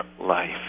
life